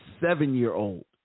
seven-year-old